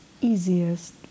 easiest